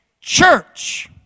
church